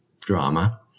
drama